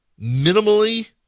minimally